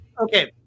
okay